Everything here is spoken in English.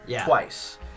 twice